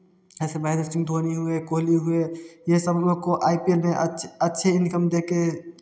जैसे महेंद्र सिंह धोनी हुए कोहली हुए यह सब लोग को आई पी एल में अच्छे अच्छे इनकम देकर